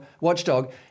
watchdog